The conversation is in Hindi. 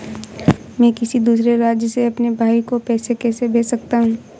मैं किसी दूसरे राज्य से अपने भाई को पैसे कैसे भेज सकता हूं?